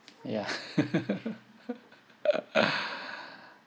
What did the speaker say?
ya